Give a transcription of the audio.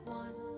one